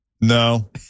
No